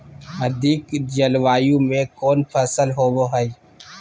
अधिक जलवायु में कौन फसल होबो है?